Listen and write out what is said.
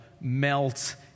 melt